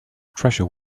treasure